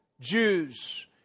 Jews